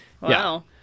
Wow